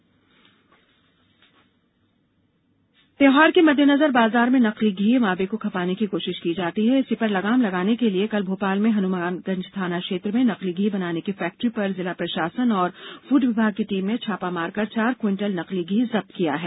नकली घी त्यौहारों के मद्देनजर बाजार में नकली घी मावे को खपाने की कोशिश की जाती है इसी पर लगाम लगाने के लिए कल भोपाल में हनुमानगंज थाना क्षेत्र में नकली घी बनाने की फैक्टरी पर जिला प्रशासन और फूड विभाग की टीम ने छापा मारकर चार क्विटल नकली घी जब्त किया है